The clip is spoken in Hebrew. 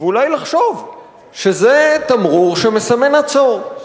ואולי לחשוב שזה תמרור שמסמן "עצור".